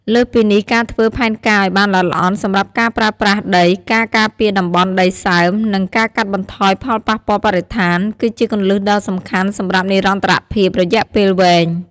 លើសពីនេះ ការធ្វើផែនការឱ្យបានល្អិតល្អន់សម្រាប់ការប្រើប្រាស់ដី ការការពារតំបន់ដីសើម និងការកាត់បន្ថយផលប៉ះពាល់បរិស្ថាន គឺជាគន្លឹះដ៏សំខាន់សម្រាប់និរន្តរភាពរយៈពេលវែង។